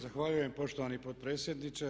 Zahvaljujem poštovani potpredsjedniče.